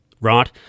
right